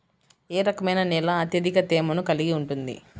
ఏ రకమైన నేల అత్యధిక తేమను కలిగి ఉంటుంది?